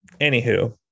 anywho